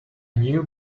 new